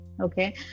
Okay